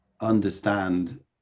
understand